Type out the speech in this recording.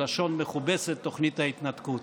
בלשון מכובסת, תוכנית ההתנתקות,